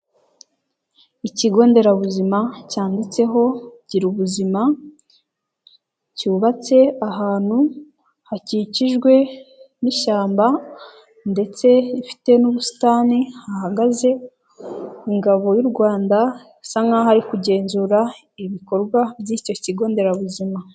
Ikigo nderabuzima cyanditseho gira ubuzima, cyubatse ahantu hakikijwe n'ishyamba ndetse rifite n'ubusitani, hahagaze ingabo y'u Rwanda bisa nkaho ari kugenzura ibikorwa by'icyo kigo nderabuzima.